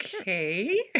Okay